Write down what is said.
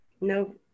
No